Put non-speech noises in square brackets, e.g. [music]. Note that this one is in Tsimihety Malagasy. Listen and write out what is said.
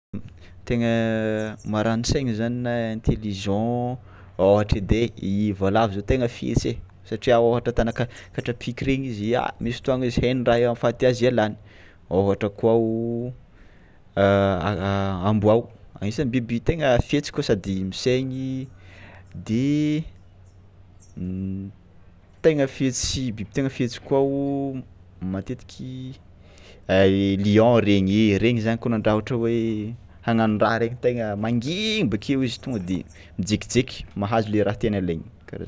Tegna maranin-tsaigna zany na intelligent ôhatra edy ai i voalavo zao tegna fetsy e satria ôhatra atanao ka- katrapiky regny izy ah, misy fotoagna izy hainy raha ahafaty azy ialany, ôhatra koa o [hesitation] amboao agnisan'ny biby tegna fetsy koa sady misaigny de [hesitation] tegna fetsy biby tegna fetsy koa o matetiky [hesitation] lion regny e regny zany kôa nandraha ohatra hoe hagnano raha regny tegna mangibaka eo izy tonga de mijekijeky mahazo le raha tiany ilainy kara-.